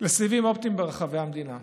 לסיבים אופטיים ברחבי המדינה.